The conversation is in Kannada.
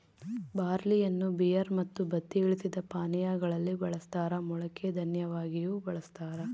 ಬಾರ್ಲಿಯನ್ನು ಬಿಯರ್ ಮತ್ತು ಬತ್ತಿ ಇಳಿಸಿದ ಪಾನೀಯಾ ಗಳಲ್ಲಿ ಬಳಸ್ತಾರ ಮೊಳಕೆ ದನ್ಯವಾಗಿಯೂ ಬಳಸ್ತಾರ